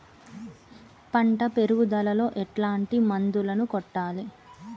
పంట పెరుగుదలలో ఎట్లాంటి మందులను కొట్టాలి?